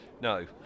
No